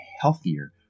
healthier